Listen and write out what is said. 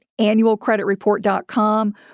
annualcreditreport.com